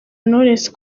knowless